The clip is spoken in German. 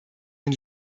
den